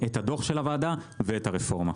את הדוח של הוועדה ואת הרפורמה.